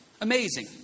Amazing